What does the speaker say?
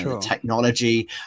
technology